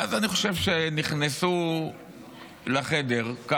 ואז אני חושב שנכנסו לחדר סוג של